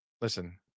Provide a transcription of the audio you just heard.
listen